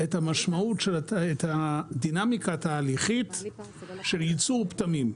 את הדינמיקה התהליכית של ייצור פטמים.